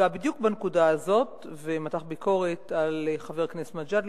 נגע בדיוק בנקודה הזאת ומתח ביקורת על חבר הכנסת מג'אדלה,